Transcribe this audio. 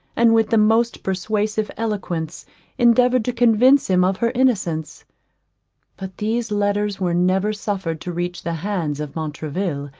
and with the most persuasive eloquence endeavoured to convince him of her innocence but these letters were never suffered to reach the hands of montraville,